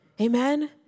Amen